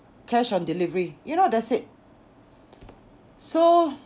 cash on delivery you know that's it so